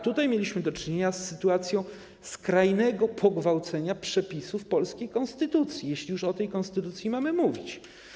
Tutaj mieliśmy do czynienia z sytuacją skrajnego pogwałcenia przepisów polskiej konstytucji, jeśli już o konstytucji mamy mówić.